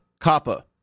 COPPA